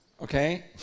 Okay